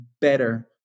better